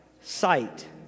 sight